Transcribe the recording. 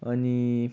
अनि